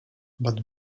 but